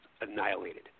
annihilated